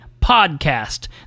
Podcast